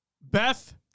Beth